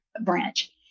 Branch